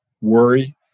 worry